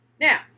Now